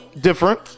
different